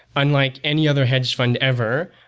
unlike any other hedge fund ever,